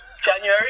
January